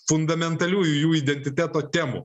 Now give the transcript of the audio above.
fundamentaliųjų jų identiteto temų